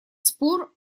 спор